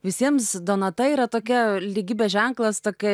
visiems donata yra tokia lygybės ženklas tokia